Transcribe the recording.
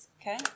okay